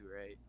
right